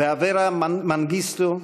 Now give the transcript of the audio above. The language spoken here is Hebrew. ואברה מנגיסטו,